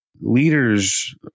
Leaders